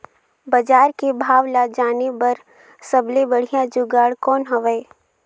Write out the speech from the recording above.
बजार के भाव ला जाने बार सबले बढ़िया जुगाड़ कौन हवय?